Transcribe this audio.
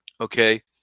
okay